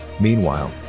Meanwhile